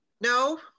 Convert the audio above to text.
No